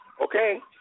Okay